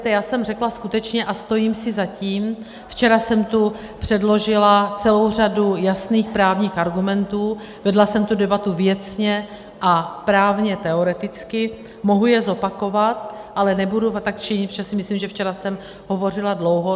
Já jsem řekla skutečně a stojím si za tím, včera jsem tu předložila celou řadu jasných právních argumentů, vedla jsem tu debatu věcně a právně teoreticky, mohu je zopakovat, ale nebudu tak činit, protože si myslím, že včera jsem hovořila dlouho.